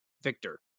Victor